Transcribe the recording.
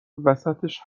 وسطش